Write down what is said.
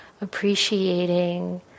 appreciating